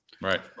right